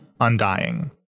Undying